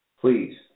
Please